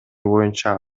боюнча